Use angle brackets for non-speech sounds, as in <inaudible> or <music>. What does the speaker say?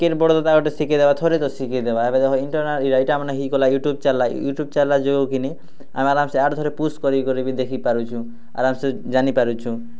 କି ବଡ଼ ଦାଦା ଶିଖିଦେବା ଥରେ ତ ଶିଖିଦେବା ଏବେ ଦେଖର <unintelligible> ଏଇଠୁ ଚାଲିଲା ଏଇଠୁ ୟୁଟ୍ୟୁବ୍ ଚାଲିଲା ଯେଉଁକିନି ଆରମସେ ଆଠୁ ଥରେ <unintelligible> ଦେଖିପାରୁଛୁ ଆରମସେ ଜାନିପାରୁଛୁ